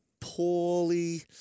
poorly